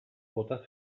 bota